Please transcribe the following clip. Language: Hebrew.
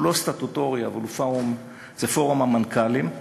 שהוא לא סטטוטורי, זה פורום המנכ"לים.